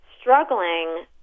struggling